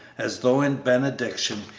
as though in benediction,